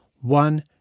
One